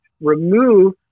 remove